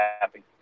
happy